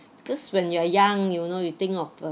because when you're young you know you think of